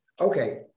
Okay